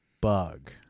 bug